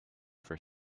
for